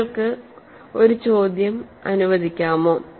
നിങ്ങൾക്ക് ഒരു ചോദ്യം അനുവദിക്കാമോ